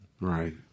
Right